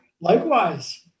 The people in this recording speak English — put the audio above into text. likewise